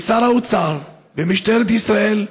בשר האוצר, במשטרת ישראל,